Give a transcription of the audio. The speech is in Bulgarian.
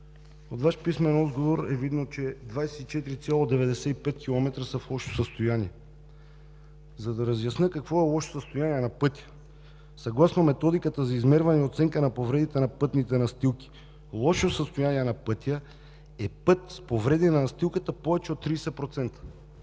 обща дължина 38 км, като 24,95 км са в лошо състояние. Да разясня какво е „лошо състояние на пътя“. Съгласно методиката за измерване на оценка на повредите на пътните настилки лошо състояние на пътя, е: път с повреди на настилката повече от 30%.